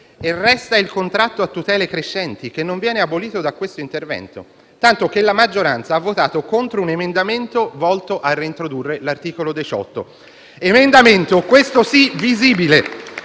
e resta il contratto a tutele crescenti, che non viene abolito da questo intervento, tanto che la maggioranza ha votato contro un emendamento volto a reintrodurre l'articolo 18; emendamento - questo sì - visibile.